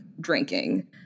drinking